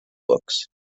books